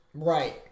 Right